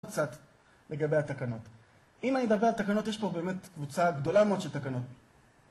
עוד קצת לגבי התקנות. אם אני מדבר על תקנות, יש פה באמת קבוצה גדולה מאוד של תקנות